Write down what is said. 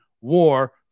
war